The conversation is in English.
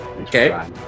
Okay